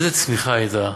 איזו צמיחה הייתה,